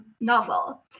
novel